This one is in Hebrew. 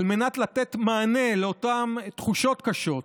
על מנת לתת מענה לאותן תחושות קשות,